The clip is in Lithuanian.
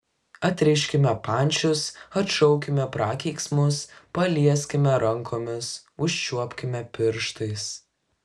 atriškime pančius atšaukime prakeiksmus palieskime rankomis užčiuopkime pirštais